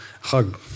hug